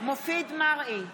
מופיד מרעי,